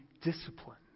discipline